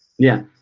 yeah.